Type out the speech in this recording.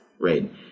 right